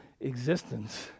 existence